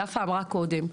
יפה אמרה קודם,